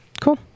Cool